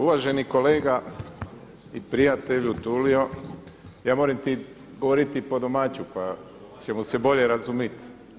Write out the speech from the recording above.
Uvaženi kolega i prijatelju Tulio, ja morem ti govoriti po domaći pa ćemo se bolje razumit.